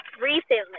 recently